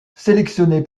sélectionné